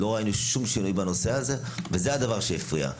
לא ראינו שום שינוי בנושא הזה וזה הדבר שהפריע.